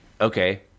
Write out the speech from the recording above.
Okay